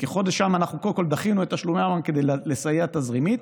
שם אנחנו קודם כול דחינו את תשלומי המע"מ כדי לסייע תזרימית,